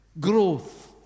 Growth